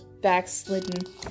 backslidden